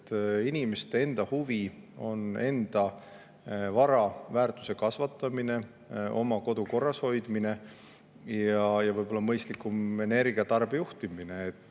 Inimeste enda huvi on enda vara väärtuse kasvatamine, oma kodu korrashoidmine ja võib-olla mõistlikum energiatarbe juhtimine.